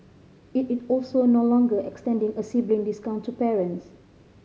it is also no longer extending a sibling discount to parents